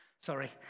sorry